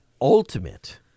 Ultimate